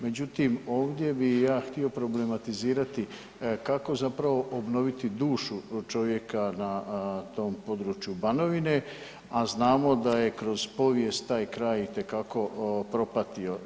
Međutim, ovdje bih ja htio problematizirati kako zapravo obnoviti dušu čovjeka na tom području Banovine, a znamo da je kroz povijest taj kraj itekako propatio.